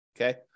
Okay